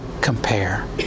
compare